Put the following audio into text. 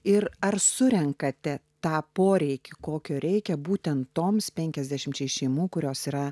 ir ar surenkate tą poreikį kokio reikia būtent toms penkiasdešimčiai šeimų kurios yra